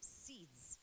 seeds